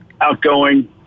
outgoing